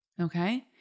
Okay